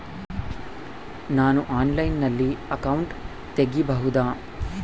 ನಾನು ಆನ್ಲೈನಲ್ಲಿ ಅಕೌಂಟ್ ತೆಗಿಬಹುದಾ?